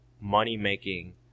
money-making